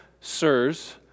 sirs